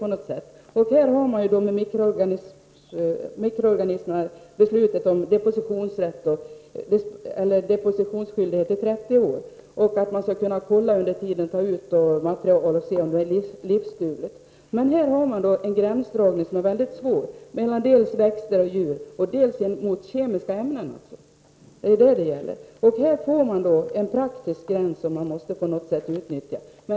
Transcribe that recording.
Man har beslutat om depositionsskyldighet under 30 år och förutsatt att det under den tiden skall tas ut material för kontroll av om mikroorganismen är livsduglig. Det gäller en mycket svår gränsdragning mellan dels växter och djur, dels kemiska ämnen. Man får på detta sätt en praktiskt gräns, som man måste utnyttja.